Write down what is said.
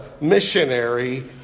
missionary